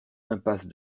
impasse